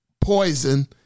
poison